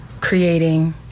creating